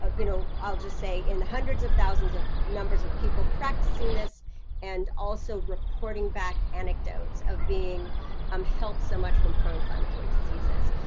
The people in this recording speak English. you know i'll just say in the hundreds of thousands of numbers of people practicing this and also reporting back anecdotes of being um held so much from pro inflammatory diseases.